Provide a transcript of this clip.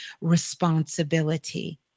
responsibility